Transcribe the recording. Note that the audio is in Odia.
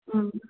ହୁଁ